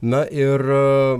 na ir